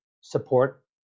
support